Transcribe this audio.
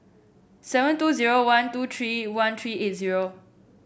seven two zero one two three one three eight zero